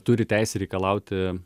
turi teisę reikalauti